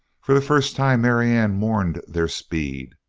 for the first time marianne mourned their speed.